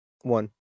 One